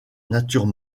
natures